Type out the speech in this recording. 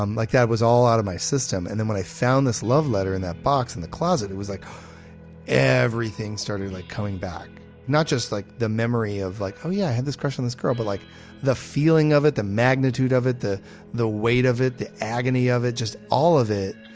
um like that was all out of my system. and then when i found this love letter in that box in the closet it was like everything started like coming back not just like the memory of like how yeah i had this crush on this girl, but like the feeling of it the magnitude of it, the the weight of it, the agony of it just all of it,